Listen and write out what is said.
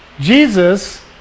Jesus